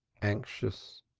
anxious.